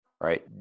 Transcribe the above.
right